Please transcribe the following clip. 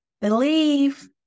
Believe